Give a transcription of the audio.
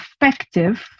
effective